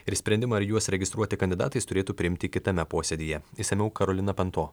ir sprendimą ar juos registruoti kandidatais turėtų priimti kitame posėdyje išsamiau karolina panto